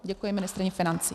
Děkuji ministryni financí.